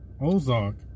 Ozark